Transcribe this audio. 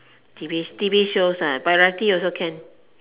T_V T_V shows ah variety also can